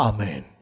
Amen